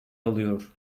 alıyor